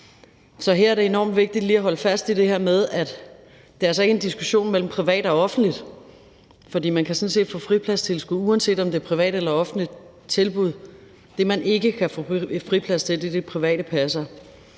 Så her er det enormt vigtigt lige at holde fast i det her med, at det altså ikke er en diskussion mellem privat og offentligt, for man kan sådan set få fripladstilskud, uanset om det er et privat eller offentligt tilbud. Det, man ikke kan få friplads til, er til de private passere.